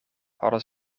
hadden